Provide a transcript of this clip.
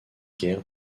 guerre